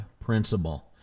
principle